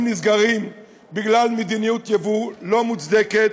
שנסגרים בגלל מדיניות יבוא לא מוצדקת,